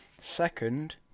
Second